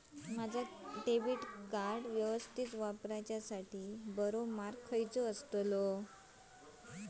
माजा debit card यवस्तीत वापराच्याखाती बरो मार्ग कसलो?